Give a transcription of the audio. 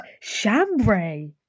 chambray